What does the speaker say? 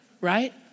right